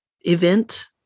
event